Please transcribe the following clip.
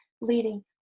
leading